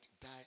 die